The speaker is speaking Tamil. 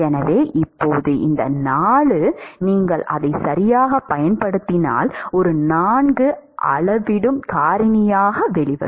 எனவே இப்போது இந்த 4 நீங்கள் அதை சரியாகப் பயன்படுத்தினால் ஒரு 4 அளவிடும் காரணியாக வெளிவரும்